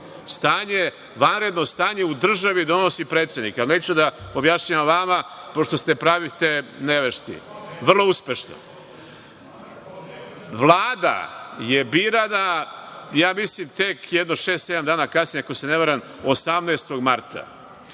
uvedeno vanredno stanje u državi donosi predsednik. Ja neću da objašnjavam vama, pošto se pravite nevešti, vrlo uspešno. Vlada je birana, ja mislim, tek jedno šest, sedam dana kasnije, ako se ne varam, 18. marta.